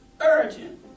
urgent